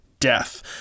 death